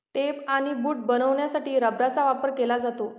tape आणि boot बनवण्यासाठी रबराचा वापर केला जातो